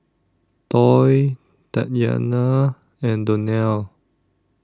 Toy Tatyanna and Donnell